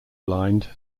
blind